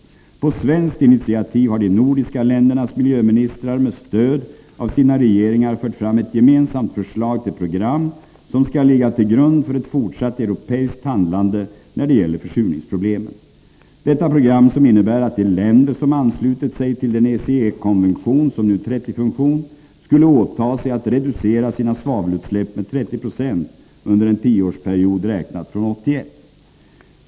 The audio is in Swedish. På svenskt initiativ har de nordiska ländernas miljöministrar med stöd av sina regeringar fört fram ett gemensamt förslag till program, som skall ligga till grund för ett fortsatt europeiskt handlande när det gäller försurningsproblemen. Detta program innebär att de länder som anslutit sig till den ECE-konvention som nu trätt i funktion skulle åta sig att reducera sina svavelutsläpp med 30 20 under en tioårsperiod räknat från 1981.